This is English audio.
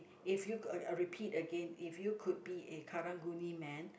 if you could I repeat again if you could be a Karang-Guni man